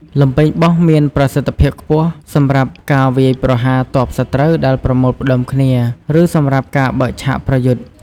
លំពែងបោះមានប្រសិទ្ធភាពខ្ពស់សម្រាប់ការវាយប្រហារទ័ពសត្រូវដែលប្រមូលផ្តុំគ្នា ឬសម្រាប់ការបើកឆាកប្រយុទ្ធ។